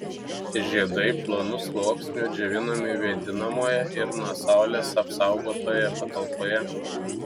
žiedai plonu sluoksniu džiovinami vėdinamoje ir nuo saulės apsaugotoje patalpoje